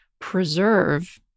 preserve